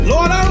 Lord